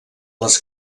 les